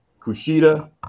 Kushida